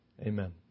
Amen